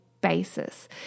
basis